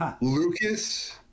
Lucas